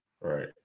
Right